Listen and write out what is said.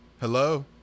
hello